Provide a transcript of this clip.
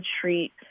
treat